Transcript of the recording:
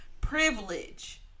privilege